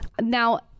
Now